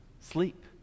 sleep